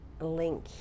link